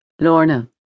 Lorna